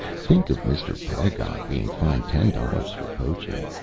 think of mr. pedagog being fined ten dollars for poaching!